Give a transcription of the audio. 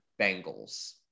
Bengals